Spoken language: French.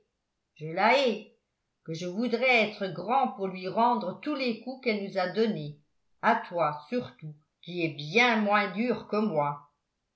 que je voudrais être grand pour lui rendre tous les coups qu'elle nous a donnés à toi surtout qui est bien moins dure que moi